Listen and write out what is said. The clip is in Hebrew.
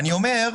אני אומר,